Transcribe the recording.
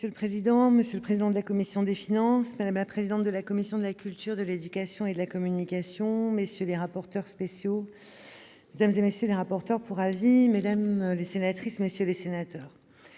Monsieur le président, monsieur le président de la commission des finances, madame la présidente de la commission de la culture, de l'éducation et de la communication, messieurs les rapporteurs spéciaux, mesdames, messieurs les rapporteurs pour avis, mesdames les sénatrices, messieurs les sénateurs,